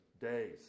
days